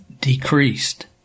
decreased